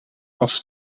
als